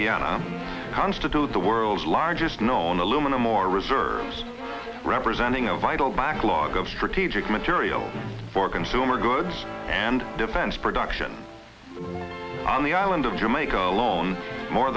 guiana constitute the world's largest known aluminum or reserves representing a vital backlog of strategic materials for consumer goods and defense production on the island of jamaica alone more